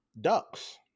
ducks